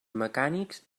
mecànics